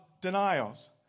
denials